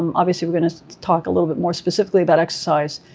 um obviously we're going to talk a little bit more specifically about exercise.